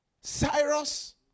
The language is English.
Cyrus